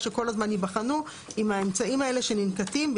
שכל הזמן ייבחנו עם האמצעים האלה שננקטים.